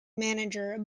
manager